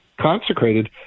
consecrated